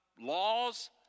laws